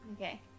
Okay